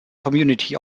community